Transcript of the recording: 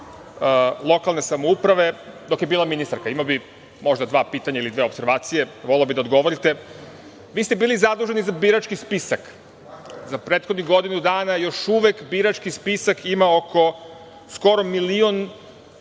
lokalne samouprave, dok je bila ministarka. Imao bih možda dva pitanja ili dve opservacije. Voleo bih da mi odgovorite. Bili ste zaduženi za birački spisak za prethodnih godinu dana. Još uvek birački spisak ima skoro milion